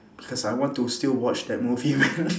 because I want to still watch that movie man